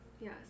Yes